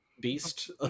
beast